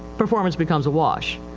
performance becomes a wash.